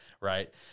right